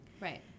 Right